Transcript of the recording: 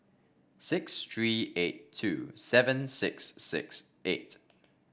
six three eight two seven six six eight